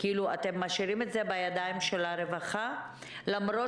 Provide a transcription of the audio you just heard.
אתם משאירים את זה בידיים של הרווחה למרות